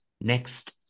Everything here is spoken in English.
next